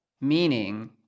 meaning